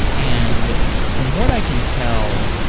and from what i can tell,